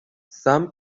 some